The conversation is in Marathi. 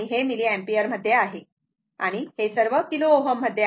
हे मिलिअम्पियर आहे आणि सर्व किलो Ω आहेत